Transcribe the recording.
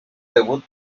debut